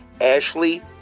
Ashley